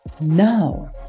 no